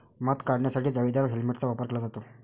मध काढण्यासाठी जाळीदार हेल्मेटचा वापर केला जातो